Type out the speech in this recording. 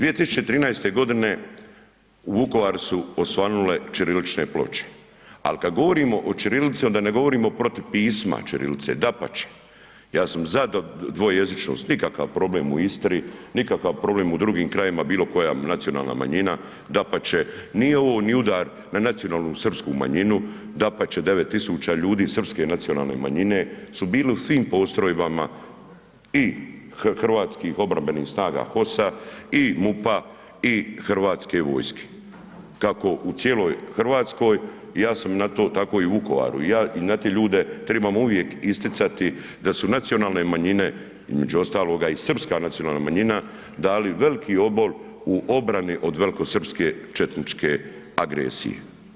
2013. godine u Vukovaru su osvanule ćirilične ploče, al kad govorimo o ćirilici onda ne govorimo protiv pisma ćirilice, dapače, ja sam za dvojezičnost nikakav problem u Istri, nikakav problem u drugim krajevima bilo koja nacionalna manjina, dapače, nije ovo ni udar na nacionalnu srpsku manjinu, dapače 9.000 ljudi srpske nacionalne manjine su bili u svim postrojbama i hrvatskim obrambenih snaga HOS-a i MUP-a i Hrvatske vojske kako u cijeloj Hrvatskoj tako i u Vukovaru i te ljude trebamo uvijek isticati da su nacionalne manjine, između ostaloga i Srpska nacionalna manjina dali veliki obol u obrani od velikosrpske četničke agresije.